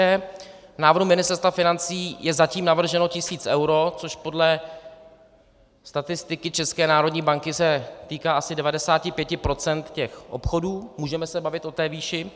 V návrhu Ministerstva financí je zatím navrženo tisíc eur, což podle statistiky České národní banky se týká asi 95 % těch obchodů, můžeme se bavit o té výši.